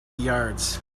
yards